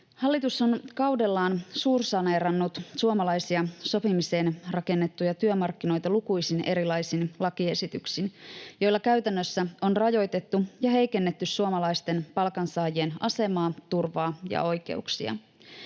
Hallitus on kaudellaan suursaneerannut suomalaisia, sopimiseen rakennettuja työmarkkinoita lukuisin erilaisin lakiesityksin, joilla käytännössä on rajoitettu ja heikennetty suomalaisten palkansaajien asemaa, turvaa ja oikeuksia.